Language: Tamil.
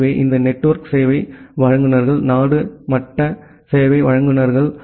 எனவே இந்த நெட்வொர்க் சேவை வழங்குநர்கள் நாடு மட்ட சேவை வழங்குநர்கள்